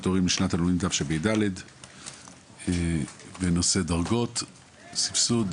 הורים לשנת הלימודים תשפ"ד בנושא דרגות סבסוד,